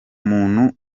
muntu